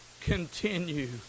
continue